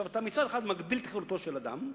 מצד אחד אתה מגביל את חירותו של אדם,